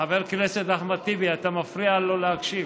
חבר הכנסת אחמד טיבי, אתה מפריע לו להקשיב.